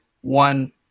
one